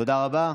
תודה רבה.